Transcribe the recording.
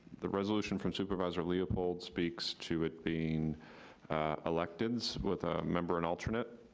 the resolution from supervisor leopold speaks to it being electeds with a member and alternate,